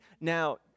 now